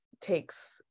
takes